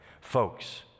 Folks